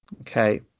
Okay